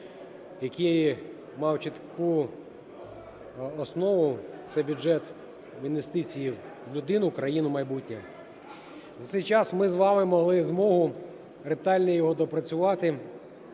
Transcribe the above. який мав чітку основу – це бюджет інвестицій в людину, в країну, в майбутнє. За цей час ми з вами мали змогу ретельно його доопрацювати,